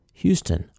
Houston